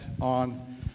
on